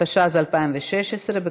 התשע"ז 2017,